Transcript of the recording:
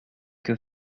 que